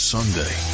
Sunday